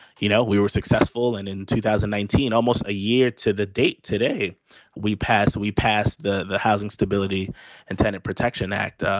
you know, we were successful and in two thousand and nineteen, almost a year to the date today we passed we passed the the housing stability and tenant protection act,